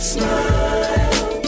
Smile